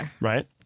Right